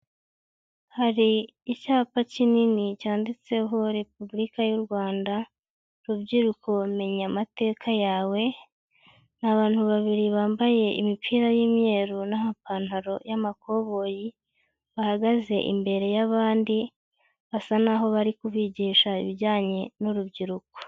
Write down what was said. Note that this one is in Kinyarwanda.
Hari icyapa kinini cyanditseho Repubulika y'u Rwanda, rubyiruko ba menya amateka yawe, ni abantu babiri bambaye imipira y'imyeru n'amapantaro y'amakoboyi, bahagaze imbere y'abandi, basa n'aho bari kubigisha ibijyanye n'urubyiruko.